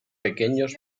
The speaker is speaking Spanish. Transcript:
pequeños